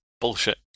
bullshit